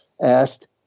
asked